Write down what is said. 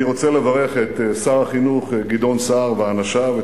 אני רוצה לברך את שר החינוך גדעון סער ואנשיו,